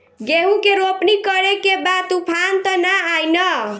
गेहूं के रोपनी करे के बा तूफान त ना आई न?